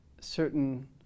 certain